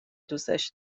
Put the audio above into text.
دوستش